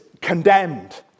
condemned